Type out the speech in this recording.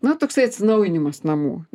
na toksai atsinaujinimas namų